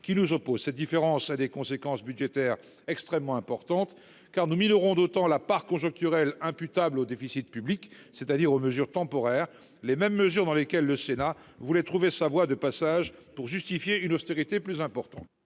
qui nous oppose cette différence a des conséquences budgétaires extrêmement importante car nos 1000 auront d'autant la part conjoncturelle imputable au déficit public, c'est-à-dire aux mesures temporaires. Les mêmes mesures, dans lesquels le Sénat voulait trouver sa voie de passage pour justifier une austérité plus important.